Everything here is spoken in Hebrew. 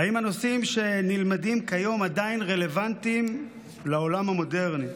האם הנושאים שנלמדים כיום עדיין רלוונטיים לעולם המודרני?